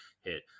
hit